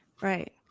right